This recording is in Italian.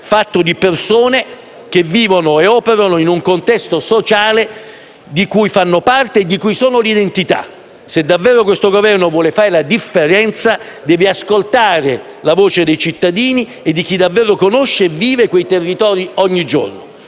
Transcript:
fatto di persone che vivono e operano in un contesto sociale di cui fanno parte e di cui sono l'identità. Se davvero questo Governo vuole fare la differenza, deve ascoltare la voce dei cittadini e di chi davvero conosce e vive quei territori ogni giorno.